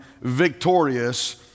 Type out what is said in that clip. victorious